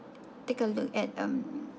take a look at um